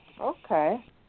okay